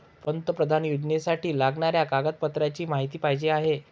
पंतप्रधान योजनेसाठी लागणाऱ्या कागदपत्रांची माहिती पाहिजे आहे